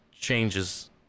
changes